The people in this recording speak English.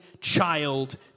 child